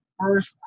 first